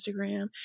Instagram